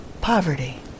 poverty